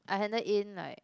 I handled in like